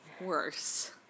worse